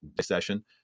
session